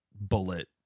bullet